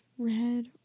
Red